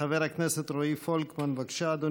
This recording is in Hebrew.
חבר הכנסת רועי פולקמן, בבקשה, אדוני.